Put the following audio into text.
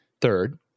Third